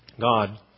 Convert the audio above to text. God